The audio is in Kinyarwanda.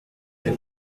uri